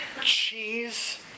cheese